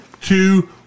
two